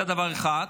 זה דבר אחד.